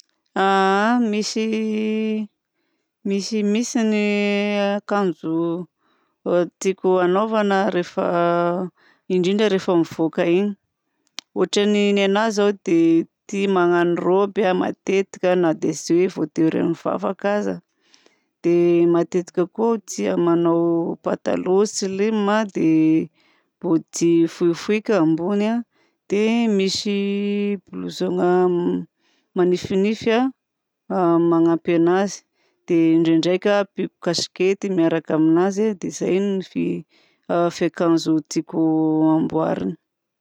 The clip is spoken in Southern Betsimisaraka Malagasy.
Misy misy misy ny akanjo tiako hanaovana rehefa indrindra rehefa mivoaka iny. Ohatra ny anahy zao dia tia magnano robe aho matetika na dia tsy voatery hoe mivavaka aza, dia matetika koa dia manao pataloha slim dia body fohifohika ambony dia misy blouson manifinify manampy dia ndraindraika ampiako casquette miaraka aminazy dia izay no fiakanjo tiako hamboarina.